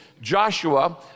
Joshua